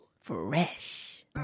Fresh